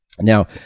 Now